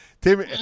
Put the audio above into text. Tim